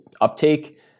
uptake